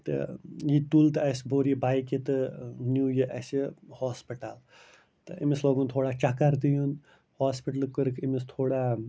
تہٕ یہِ تُل تہٕ اَسہِ بوٚر یہِ بایکہِ تہٕ نیوٗ یہِ اَسہِ ہاسپِٹل تہٕ أمِس لوگن تھوڑا چَکر تہِ یُن ہاسپِٹلہٕ کٔرٕکھ اَمِس تھوڑا